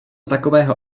takového